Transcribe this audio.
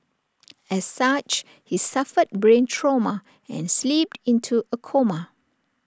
as such he suffered brain trauma and slipped into A coma